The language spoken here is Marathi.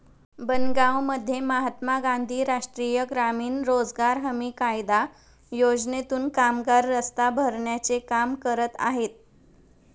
बनगावमध्ये महात्मा गांधी राष्ट्रीय ग्रामीण रोजगार हमी कायदा योजनेतून कामगार रस्ता भरण्याचे काम करत आहेत